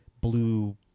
blue